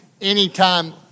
anytime